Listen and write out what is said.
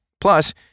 Plus